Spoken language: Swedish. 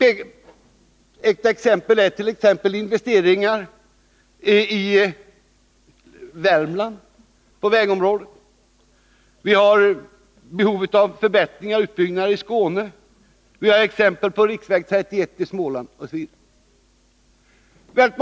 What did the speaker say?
Ett exempel på vad som behövs är investeringar på vägområdet i Värmland. Det finns också behov av förbättringar och utbyggnad av vägarna i Skåne. Riksväg 31 i Småland är ett annat exempel.